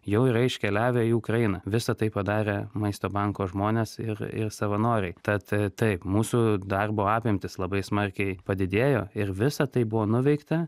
jau yra iškeliavę į ukrainą visa tai padarė maisto banko žmonės ir savanoriai tad taip mūsų darbo apimtys labai smarkiai padidėjo ir visa tai buvo nuveikta